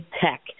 tech